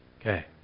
Okay